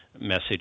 message